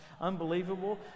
Unbelievable